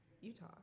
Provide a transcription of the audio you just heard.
Utah